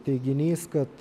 teiginys kad